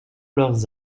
leurs